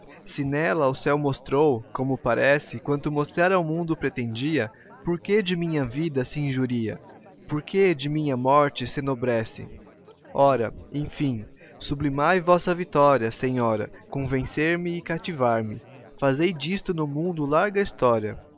se nela o céu mostrou como parece quanto mostrar ao mundo pretendia porque de minha vida se injuria porque de minha morte s'enobrece ora enfim sublimai vossa vitória senhora com vencer me e cativar me fazei disto no mundo larga história